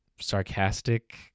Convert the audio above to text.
sarcastic